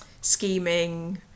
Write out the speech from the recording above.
scheming